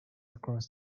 across